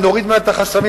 אם נוריד ממנה את החסמים,